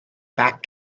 back